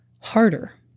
harder